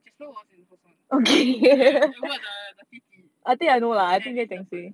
jasper was in the first one edward the the 弟弟 alice 的 partner